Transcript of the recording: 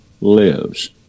lives